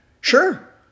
Sure